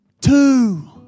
two